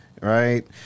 right